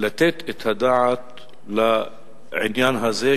לתת את הדעת לעניין הזה,